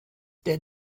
der